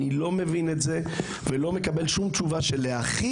אני לא מבין את זה ולא מקבל שום תשובה של להכיל